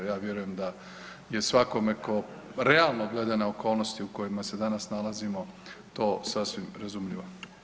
Ja vjerujem da je svakome ko, realno gledana okolnosti u kojima se danas nalazimo, to sasvim razumljivo.